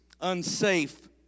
Unsafe